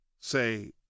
say